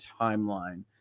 timeline